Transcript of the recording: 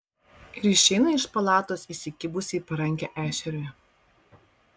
ir išeina iš palatos įsikibusi į parankę ešeriui